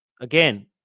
Again